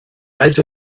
also